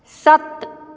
ਸੱਤ